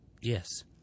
Yes